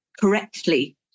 correctly